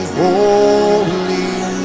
holy